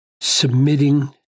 submitting